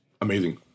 Amazing